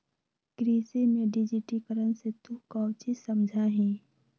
कृषि में डिजिटिकरण से तू काउची समझा हीं?